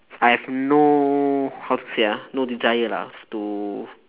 I have no how to say ah no desire lah to